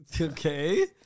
Okay